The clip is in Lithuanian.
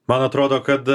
man atrodo kad